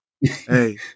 hey